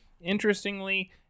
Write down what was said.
Interestingly